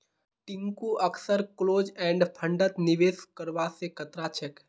टिंकू अक्सर close end फंडत निवेश करवा स कतरा छेक